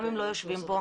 גם אם הם לא יושבים פה.